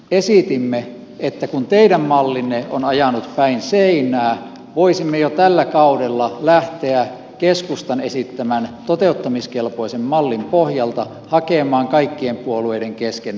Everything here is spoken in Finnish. esitimme että kun teidän mallinne on ajanut päin seinää voisimme jo tällä kaudella lähteä keskustan esittämän toteuttamiskelpoisen mallin pohjalta hakemaan kaikkien puolueiden kesken ratkaisua